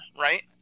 right